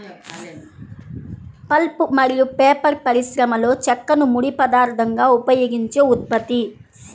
pulp మరియు paper పరిశ్రమలోచెక్కను ముడి పదార్థంగా ఉపయోగించే ఉత్పత్తి